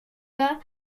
bas